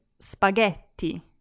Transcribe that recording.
spaghetti